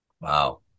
Wow